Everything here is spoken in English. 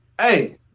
hey